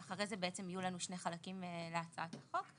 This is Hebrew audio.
ואחרי זה יהיו לנו שני חלקים להצעת החוק.